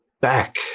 back